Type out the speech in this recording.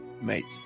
mates